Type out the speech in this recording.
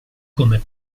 come